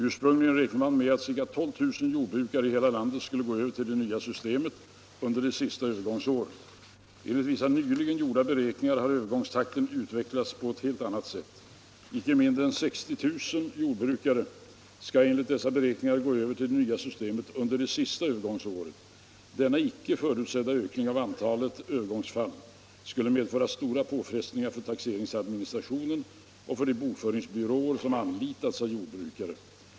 Ursprungligen räknade man med att ca 12 000 jordbrukare i hela landet skulle gå över till det nya systemet under det sista övergångsåret. Enligt vissa nyligen gjorda beräkningar har övergångstakten utvecklats på ett helt annat sätt. Inte mindre än ca 60 000 jordbrukare skall enligt dessa beräkningar gå över till det nya systemet under det sista övergångsåret. Denna icke förutsedda ökning av antalet övergångsfall skulle medföra stora påfrestningar för de bokföringsbyråer som anlitats av jordbrukare.